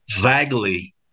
vaguely